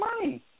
money